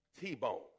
T-bone